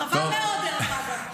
חבל מאוד, דרך אגב.